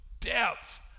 depth